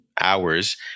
hours